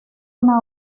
una